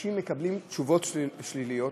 אנשים מקבלים תשובות שליליות.